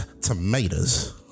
tomatoes